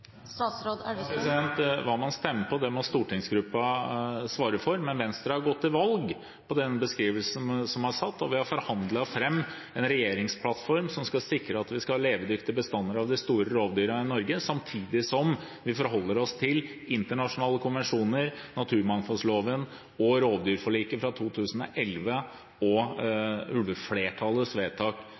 Hva man stemmer, må stortingsgruppen svare for, men Venstre har gått til valg på den beskrivelsen som er, og vi har forhandlet fram en regjeringsplattform som skal sikre at vi skal ha levedyktige bestander av de store rovviltdyrene i Norge – samtidig som vi forholder oss til internasjonale konvensjoner, naturmangfoldloven, rovdyrforliket fra 2011 og